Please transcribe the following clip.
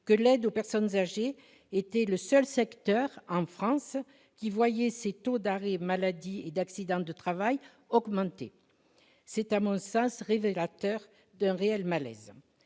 que l'aide aux personnes âgées était le seul secteur, en France, qui voyait ses taux d'arrêt maladie et d'accidents du travail augmenter ; c'est à mon sens révélateur d'un réel malaise.